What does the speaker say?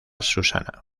susana